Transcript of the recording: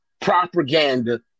propaganda